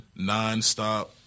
nonstop